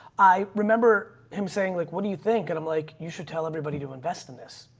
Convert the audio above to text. i remember him saying like, what do you think? and i'm like, you should tell everybody to invest in this.